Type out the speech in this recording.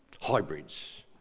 hybrids